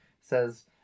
says